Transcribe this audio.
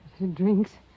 Drinks